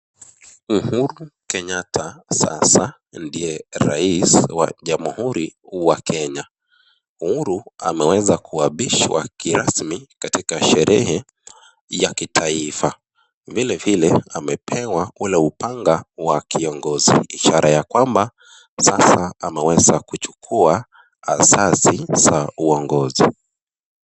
Uhuru Kenyatta sasa ndiye rais wa Jamhuri wa Kenya, Uhuru ameweza kuapishwa kirasmi katika sherehe ya kitaifa, vilevile amepewa ule upanga wa kiongozi ishara ya kwamba sasa ameweza kuchukua hasasi za uongozi.